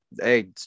Hey